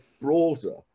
broader